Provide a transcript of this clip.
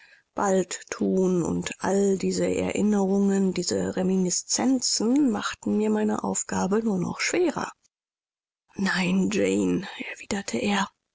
bald thun und all diese erinnerungen diese reminiscenzen machten mir meine aufgabe nur noch schwerer nein jane erwiderte er